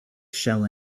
shall